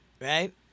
right